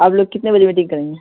آپ لوگ کتنے بجے میٹنگ کریں گے